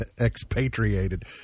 expatriated